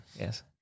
Yes